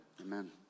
Amen